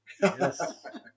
Yes